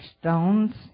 stones